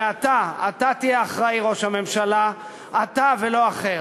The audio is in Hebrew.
ואתה, אתה תהיה האחראי, ראש הממשלה, אתה ולא אחר.